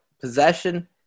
possession